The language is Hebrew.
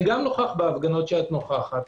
גם אני נוכח בהפגנות שאת נוכחת.